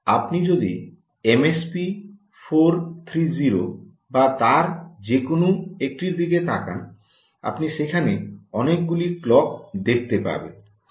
আপনি যদি এমএসপি 430 বা তার যে কোনও একটির দিকে তাকান আপনি সেখানে অনেকগুলি ক্লক দেখতে পাবেন